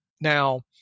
Now